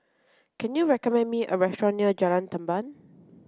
can you recommend me a restaurant near Jalan Tamban